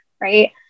right